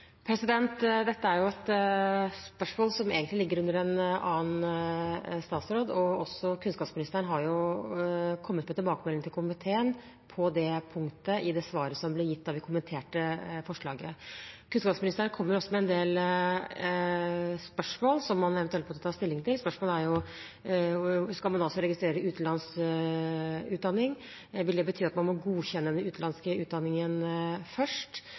Dette er et spørsmål som egentlig ligger under en annen statsråd. Kunnskapsministeren har kommet med tilbakemelding til komiteen på det punktet i det svaret som ble gitt da vi kommenterte forslaget. Kunnskapsministeren kommer også med en del spørsmål, som man eventuelt bør ta stilling til. Spørsmålet er jo om man skal registrere utenlandsk utdanning. Betyr det at man må godkjenne den utenlandske utdanningen først?